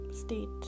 State